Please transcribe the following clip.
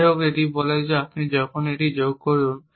যাইহোক এটি বলে যে যখনই আপনি এটি যোগ করুন